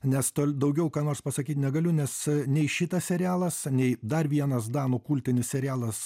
nes daugiau ką nors pasakyt negaliu nes nei šitas serialas nei dar vienas danų kultinis serialas